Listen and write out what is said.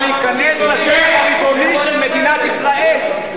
להיכנס לשטח הריבוני של מדינת ישראל,